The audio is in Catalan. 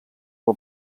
del